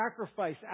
sacrifice